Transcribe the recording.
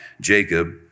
Jacob